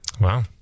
Wow